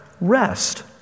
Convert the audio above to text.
rest